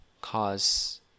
cause